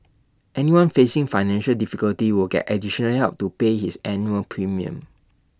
anyone facing financial difficulties will get additional help to pay his annual premium